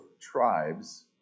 tribes